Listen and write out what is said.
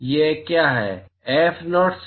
छात्र एफ 0 से